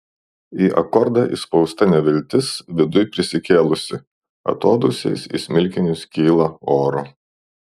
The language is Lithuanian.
į akordą įspausta neviltis viduj prisikėlusi atodūsiais į smilkinius kyla oru